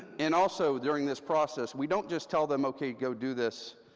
and also, during this process, we don't just tell them, okay, go do this,